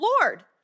Lord